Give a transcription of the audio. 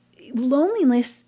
loneliness